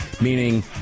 meaning